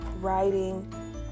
Writing